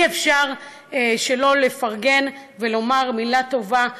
אי-אפשר שלא לפרגן ולומר מילה טובה.